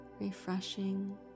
refreshing